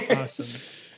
Awesome